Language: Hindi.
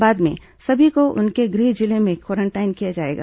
बाद में सभी को उनके गृह जिले में क्वारेंटाइन किया जाएगा